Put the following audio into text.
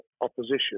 opposition